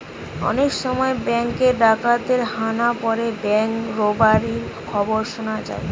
অনেক সময় বেঙ্ক এ ডাকাতের হানা পড়ে ব্যাঙ্ক রোবারির খবর শুনা যায়